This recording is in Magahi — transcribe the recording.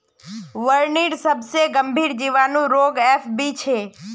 बिर्निर सबसे गंभीर जीवाणु रोग एफ.बी छे